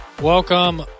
Welcome